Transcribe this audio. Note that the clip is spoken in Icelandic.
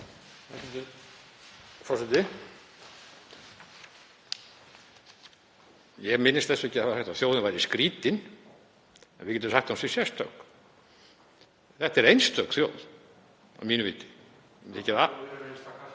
Þetta er einstök þjóð að mínu viti